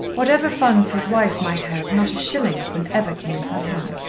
whatever funds his wife might have not a shilling of them ever came from him.